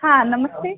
हाँ नमस्ते